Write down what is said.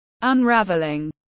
Unraveling